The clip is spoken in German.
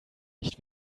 nicht